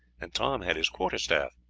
and tom had his quarter-staff.